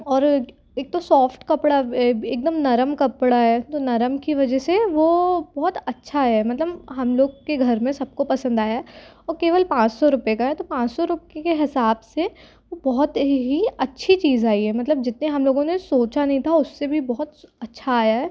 और एक तो सॉफ्ट कपड़ा एकदम नरम कपड़ा है तो नरम की वजह से वो बहुत अच्छा है मतलब हम लोग के घर में सबको पसंद आया है और केवल पाँच सौ रुपए का है तो पाँच सौ रूपए के हिसाब से बहुत ही अच्छी चीज़ आई है मतलब जितने हम लोगों ने सोचा नहीं था उससे भी बहुत अच्छा आया है